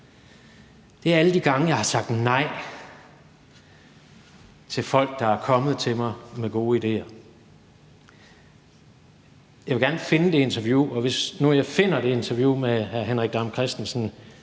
er alle de gange, jeg har sagt nej til folk, der er kommet til mig med gode idéer. Jeg vil gerne finde det interview, og hvis nu jeg finder det interview med hr. Henrik Dam Kristensen,